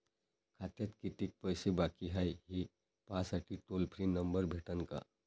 खात्यात कितीकं पैसे बाकी हाय, हे पाहासाठी टोल फ्री नंबर भेटन का?